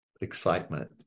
excitement